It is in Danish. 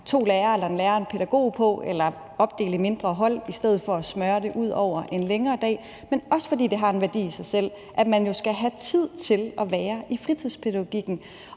to lærere eller en lærer og en pædagog på eller opdele i mindre hold i stedet for at smøre det ud over en længere dag, men også fordi det har en værdi i sig selv at have tid til at være i fritidspædagogikken.